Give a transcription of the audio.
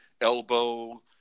elbow